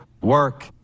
work